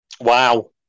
Wow